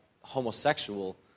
homosexual